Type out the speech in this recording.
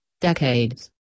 decades